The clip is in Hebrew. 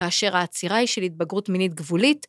כאשר העצירה היא של התבגרות מינית גבולית,